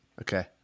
Okay